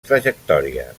trajectòria